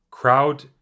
Crowd